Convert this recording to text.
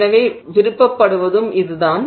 எனவே விரும்பப்படுவதும் இதுதான்